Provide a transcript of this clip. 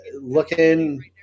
looking